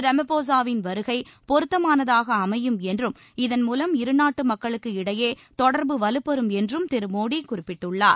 ரம்ஃபோஸாவின் வருகை பொருத்தமானதாக அமையும் என்றும் இதன்மூவம் இருநாட்டு மக்களுக்கு இடையே தொடர்பு வலுப்பெறும் என்றும் திரு மோடி குறிப்பிட்டுள்ளார்